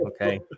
Okay